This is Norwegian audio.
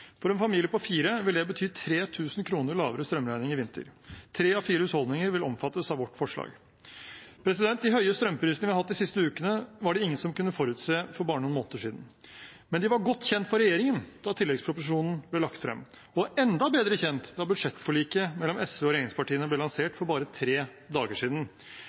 For en familie på fire vil det bety 3 000 kr lavere strømregning i vinter. Tre av fire husholdninger vil omfattes av vårt forslag. De høye strømprisene vi har hatt de siste ukene, var det ingen som kunne forutse for bare noen måneder siden, men de var godt kjent for regjeringen da tilleggsproposisjonen ble lagt frem, og enda bedre kjent da budsjettforliket mellom SV og regjeringspartiene ble lansert for bare tre dager siden.